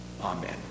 Amen